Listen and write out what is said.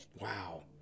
Wow